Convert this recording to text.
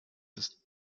ist